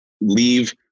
leave